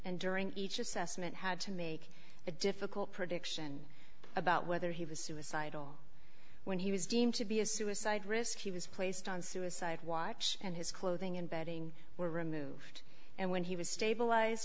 and during each assessment had to make a difficult prediction about whether he was suicidal when he was deemed to be a suicide risk he was placed on suicide watch and his clothing and bedding were removed and when he was stabilize